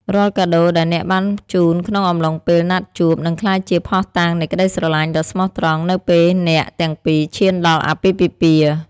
រាល់កាដូដែលអ្នកបានជូនក្នុងកំឡុងពេលណាត់ជួប នឹងក្លាយជាភស្តុតាងនៃក្តីស្រឡាញ់ដ៏ស្មោះត្រង់នៅពេលអ្នកទាំងពីរឈានដល់អាពាហ៍ពិពាហ៍។